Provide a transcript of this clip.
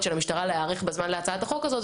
של המשטרה להיערך בזמן להצעת החוק הזאת,